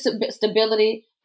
stability